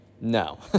no